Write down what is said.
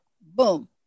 boom